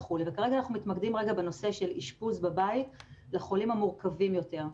כרגע אנחנו מתמקדים בנושא של אישפוז בבית לחולים המורכבים יותר.